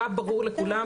היה ברור לכולם